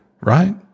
Right